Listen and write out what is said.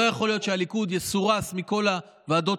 לא יכול להיות שהליכוד יסורס מכל הוועדות